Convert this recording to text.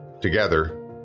Together